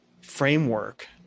framework